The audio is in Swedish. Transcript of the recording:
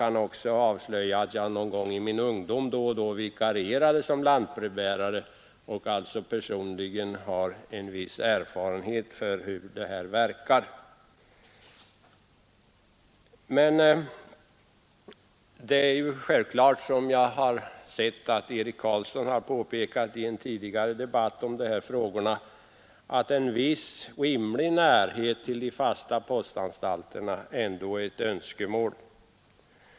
Jag kan avslöja att jag i min ungdom då och då vikarierade som lantbrevbärare och alltså personligen har en viss erfarenhet av hur brevbäringen fungerar. Men självfallet är ändå, som Eric Carlsson påpekat i en tidigare debatt i dessa frågor, en viss närhet för människorna till de fasta postanstalterna ett önskemål.